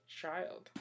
child